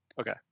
Okay